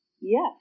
yes